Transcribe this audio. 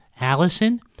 Allison